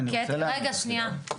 שנייה,